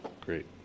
great